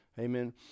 Amen